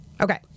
Okay